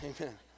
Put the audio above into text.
Amen